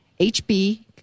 HB